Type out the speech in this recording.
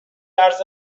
ارز